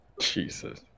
Jesus